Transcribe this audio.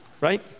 Right